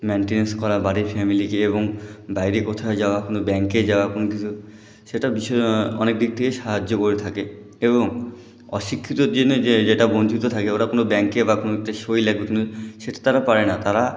maintenance করা বাড়ির ফ্যামিলিকে এবং বাইরে কোথায় যাওয়া কোনও ব্যাঙ্কে যাওয়া কোনও কিছু সেটা বিষয়ে অনেক দিক থেকেই সাহায্য করে থাকে এবং অশিক্ষিত জনে যে যেটা বঞ্চিত থাকে ওরা কোনও ব্যাঙ্কে বা কোনও কিছুতে সই লাগবে কিন্তু সে তো তারা পারে না তারা